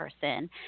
person